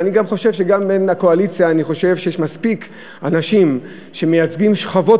ואני גם חושב שגם מן הקואליציה יש מספיק אנשים שמייצגים שכבות